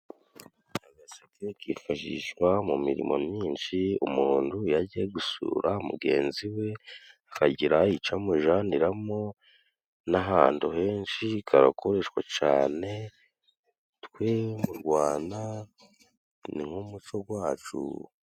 Agaseke kifashishwa mu mirimo myinshi umuntu yagiye gusura mugenzi we akagira ico amujananiramo n'ahantu henshi karakoreshwa cane, twe mu Rwanda ni nk'umuco gwacu.